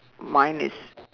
mine is